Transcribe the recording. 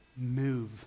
move